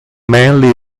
mainly